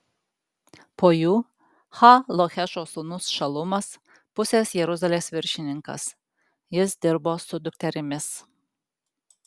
po jų ha lohešo sūnus šalumas pusės jeruzalės viršininkas jis dirbo su dukterimis